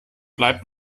bleibt